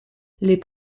les